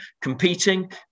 competing